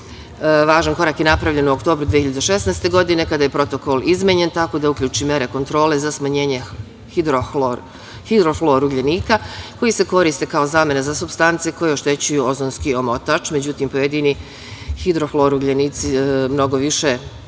OSD.Važan korak je napravljen u oktobru 2016. godine kada je protokol izmenjen tako da uključi mere kontrole za smanjenje hidrohlor ugljenika, koji se koristi kao zamena za supstance koje oštećuju ozonski omotač. Međutim, pojedini hidrohlor ugljenici mnogo više doprinose